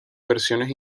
versiones